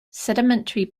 sedimentary